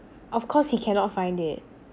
of course he cannot find it